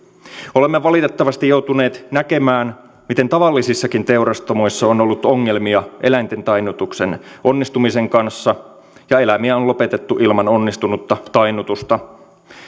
olemme valitettavasti joutuneet näkemään miten tavallisissakin teurastamoissa on ollut ongelmia eläinten tainnutuksen onnistumisen kanssa ja eläimiä on lopetettu ilman onnistunutta tainnutusta